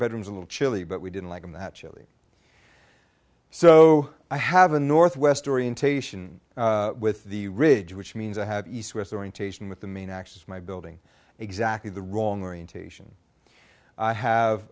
bedrooms a little chilly but we didn't like them that chilly so i have a north west orientation with the ridge which means i have east west orientation with the main axis my building exactly the wrong orientation i have